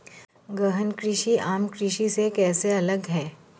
गहन कृषि आम कृषि से कैसे अलग है?